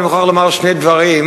ואני מוכרח לומר שני דברים,